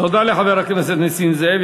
תודה לחבר הכנסת נסים זאב.